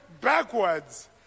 backwards